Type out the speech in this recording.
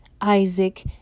Isaac